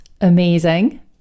amazing